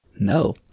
no